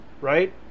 right